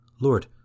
Lord